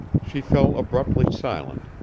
she fell abruptly silent,